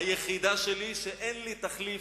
היחידה שלי, שאין לה תחליף.